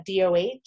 doh